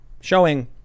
Showing